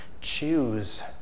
choose